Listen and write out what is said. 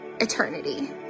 eternity